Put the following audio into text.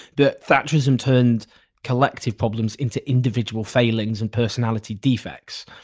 that thatcherism turned collective problems into individual failings and personality defects.